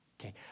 Okay